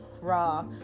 raw